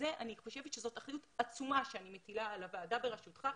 אני חושבת שזאת אחריות עצומה שאני מטילה על הוועדה בראשותך,